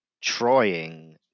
trying